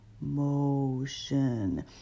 motion